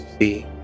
see